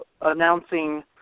announcing